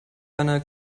eine